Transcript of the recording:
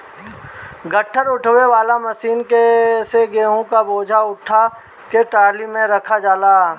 गट्ठर उठावे वाला मशीन से गेंहू क बोझा उठा के टाली में रखल जाला